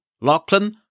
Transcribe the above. Lachlan